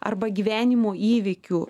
arba gyvenimo įvykių